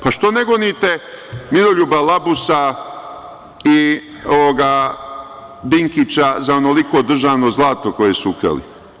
Pa, što ne gonite Miroljuba Labusa i Dinkića za onoliko državno zlato koje su ukrali?